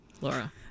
Laura